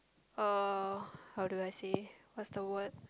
uh how do I say what's the word